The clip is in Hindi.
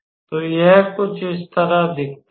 तो यह कुछ इस तरह दिखता है